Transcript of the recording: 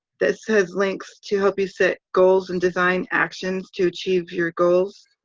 that says links to help you set goals and design actions to achieve your goals.